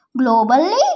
globally